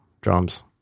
drums